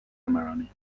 cameroni